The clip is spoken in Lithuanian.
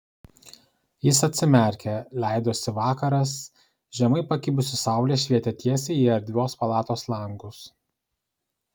jis atsimerkė leidosi vakaras žemai pakibusi saulė švietė tiesiai į erdvios palatos langus